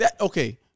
Okay